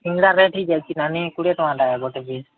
ସିଙ୍ଗଡ଼ା rate ଠିକ୍ ଅଛି ନାନୀ କୋଡ଼ିଏ ଟଙ୍କା ଲେଖା ଗୋଟେ ପିସ୍